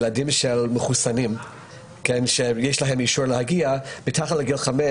ילדים של מחוסנים שיש להם אישור להגיע מתחת לגיל חמש